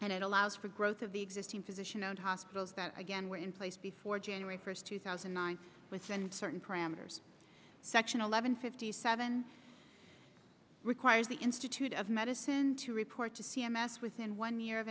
and it allows for growth of the existing physician and hospitals that again were in place before january first two thousand and nine with and certain parameters section eleven fifty seven requires the institute of medicine to report to c m s within one year of